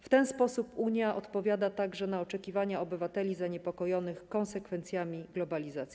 W ten sposób Unia odpowiada także na oczekiwania obywateli zaniepokojonych konsekwencjami globalizacji.